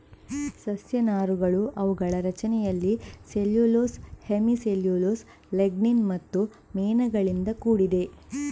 ಸಸ್ಯ ನಾರುಗಳು ಅವುಗಳ ರಚನೆಯಲ್ಲಿ ಸೆಲ್ಯುಲೋಸ್, ಹೆಮಿ ಸೆಲ್ಯುಲೋಸ್, ಲಿಗ್ನಿನ್ ಮತ್ತು ಮೇಣಗಳಿಂದ ಕೂಡಿದೆ